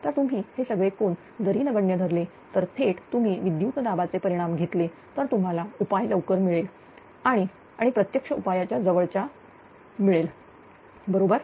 तर तुम्ही हे सगळे कोन जरी नगण्य धरले तर थेट तुम्ही विद्युत दाबाचे परिमाण घेतले तर तुम्हाला उपाय लवकर मिळेल आणि आणि प्रत्यक्ष उपायाच्या जवळचा मिळेल बरोबर